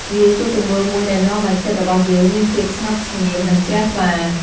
វាជាទង្វើមួយដែលនាំឱ្យចិត្តរបស់យើងមានភាពស្ងប់ស្ងៀមនិងជ្រះថ្លា។